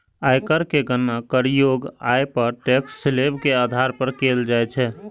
आयकर के गणना करयोग्य आय पर टैक्स स्लेब के आधार पर कैल जाइ छै